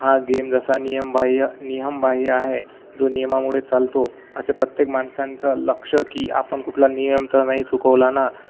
हा गेम जसा नियमबाह्य नियमबाह्य आहे जो नियमामुळे चालतो असे प्रत्येक माणसांचं लक्ष की आपण कुठला नियम तर नाही चुकवला ना